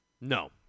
No